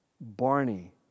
Barney